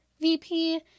VP